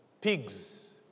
Pigs